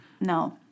No